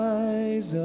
eyes